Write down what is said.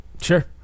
sure